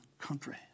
country